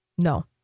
No